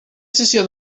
sessió